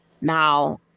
now